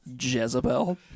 Jezebel